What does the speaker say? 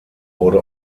wurde